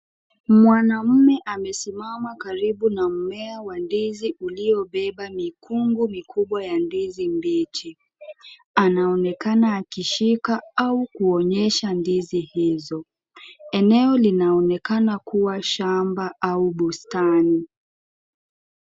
Mwanaume amesimama karibu na mmea wa ndizi uliobeba mikungu mikubwa ya ndizi mbichi. Anaonekana akishika au kuonyesha ndizi hizo. Eneo linaonekana kuwa shamba au bustani.